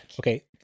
okay